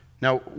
Now